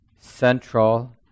central